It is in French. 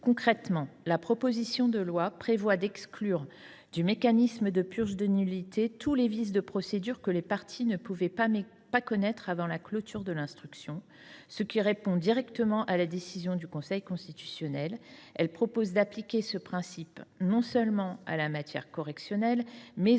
Concrètement, la proposition de loi prévoit d’exclure du mécanisme de purge des nullités tous les vices de procédure que les parties ne pouvaient pas connaître avant la clôture de l’instruction, ce qui répond directement à la décision du Conseil constitutionnel. Il est proposé d’appliquer ce principe non seulement à la matière correctionnelle, mais aussi dans les domaines contraventionnel